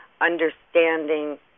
understanding